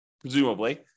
presumably